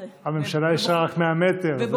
הממשלה אישרה רק 100 מטר.